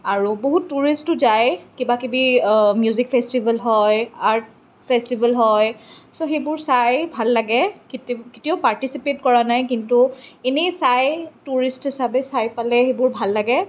আৰু বহুত টুৰিষ্টো যায় কিবাকিবি মিউজিক ফেষ্টিভেল হয় আৰ্ট ফেষ্টিভেল হয় ছ' সেইবোৰ চাই ভাল লাগে কেতিয়াও কেতিয়াও পাৰ্টিচিপেট কৰা নাই কিন্তু এনেই চাই টুৰিষ্ট হিচাপে চাই পেলাই সেইবোৰ ভাল লাগে